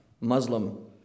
Muslim